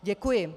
Děkuji.